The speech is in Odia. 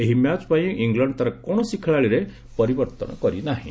ଏହି ମ୍ୟାଚ ପାଇଁ ଇଂଲଣ୍ଡ ତାର କୌଣସି ଖେଳାଳୀରେ ପରିବର୍ତ୍ତନ କରିନାହିଁ